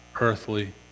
earthly